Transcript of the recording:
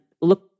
look